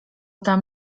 tam